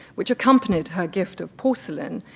which accompanied her gift of porcelain,